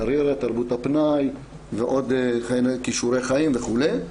קריירה, תרבות הפנאי ועוד כישורי חיים וכולי.